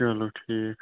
چلو ٹھیٖک